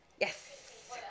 Yes